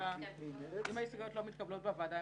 אם ההסתייגויות לא מתקבלות בוועדה,